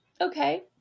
okay